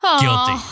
Guilty